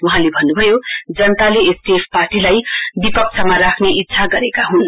वहाँले भन्न्भयो जनताले एसडीएफ पार्टीलाई विपक्षमा राख्ने इच्छा गरेका हुन्